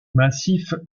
massif